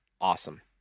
awesome